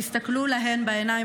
תסתכלו להן בעיניים,